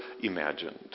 imagined